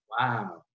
Wow